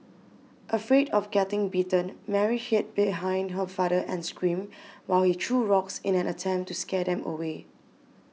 afraid of getting bitten Mary hid behind her father and screamed while he threw rocks in an attempt to scare them away